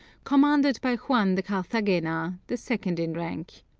commanded by juan de carthagena, the second in rank,